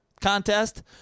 contest